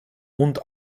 und